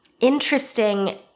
interesting